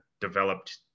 Developed